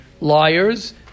liars